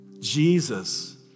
Jesus